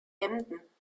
emden